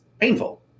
painful